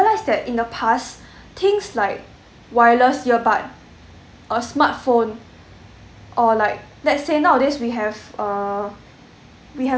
realize in the past things like wireless ear bud or smartphone or like let's say nowadays we have uh we have